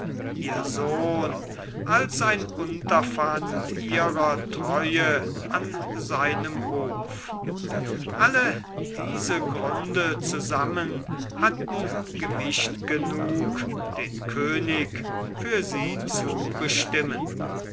ihr sohn als ein unterpfand ihrer treue an seinem hof alle diese gründe zusammen hatten gewicht genug den könig für sie zu bestimmen